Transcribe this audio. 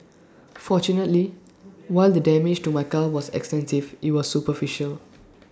fortunately while the damage to my car was extensive IT was superficial